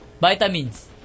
Vitamins